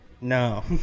No